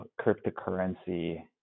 cryptocurrency